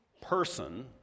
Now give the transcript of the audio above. person